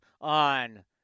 on